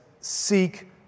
seek